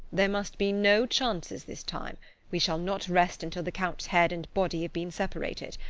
there must be no chances, this time we shall, not rest until the count's head and body have been separated,